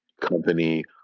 company